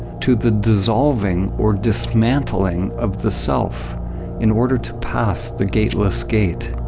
to the dissolving or dismantling of the self in order to pass the gateless gate.